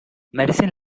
medicine